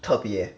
特别